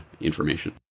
information